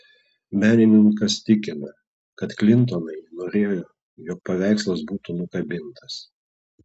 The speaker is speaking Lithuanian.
menininkas tikina kad klintonai norėjo jog paveikslas būtų nukabintas